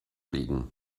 liegen